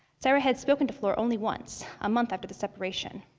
sayra had spoken to flor only once a month after the separation.